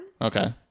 Okay